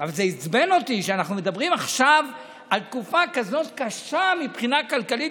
אבל זה עצבן אותי שאנחנו מדברים עכשיו על תקופה כזאת קשה מבחינה כלכלית,